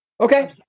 Okay